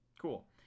Cool